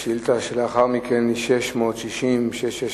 חבר הכנסת יואל חסון שאל את שר